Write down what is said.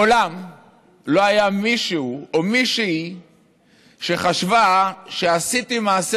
מעולם לא היה מישהו או מישהי שחשבה שעשיתי מעשה